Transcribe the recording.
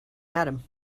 adam